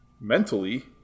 Mentally